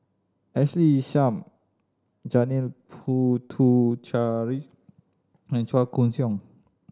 Ashley Isham Janil Puthucheary and Chua Koon Siong